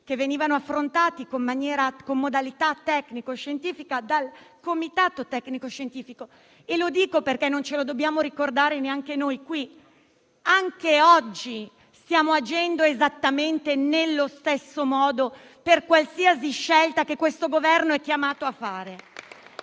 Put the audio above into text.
che venivano affrontati con modalità tecnico-scientifiche dal Comitato tecnico-scientifico, e lo dico perché lo dobbiamo ricordare anche noi qui. Anche oggi stiamo agendo esattamente nello stesso modo, per qualsiasi scelta che il Governo è chiamato a fare.